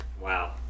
Wow